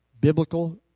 Biblical